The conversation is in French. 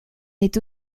est